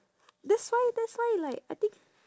that's why that's why like I think